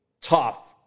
tough